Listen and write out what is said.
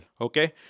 okay